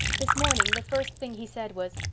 this morning the first thing he said was,